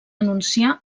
anunciar